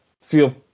feel